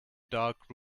dark